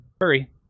hurry